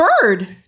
bird